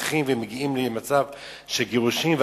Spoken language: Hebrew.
שמסתכסך ומגיע למצב של גירושים,